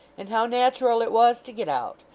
and how natural it was to get out!